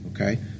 okay